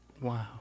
Wow